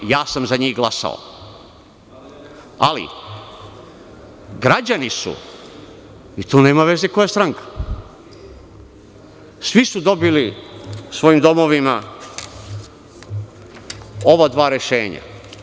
Ja sam za njih glasao, ali građani su, i tu nema veze koja je stranka, svi su dobili u svojim domovima ova dva rešenja.